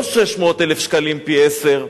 לא 600,000 שקלים, פי עשרה.